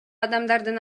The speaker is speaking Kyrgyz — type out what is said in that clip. адамдардын